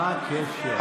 מה הקשר?